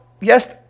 yes